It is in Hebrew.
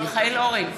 מיכאל אורן,